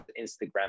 instagram